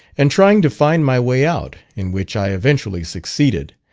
and trying to find my way out, in which i eventually succeeded,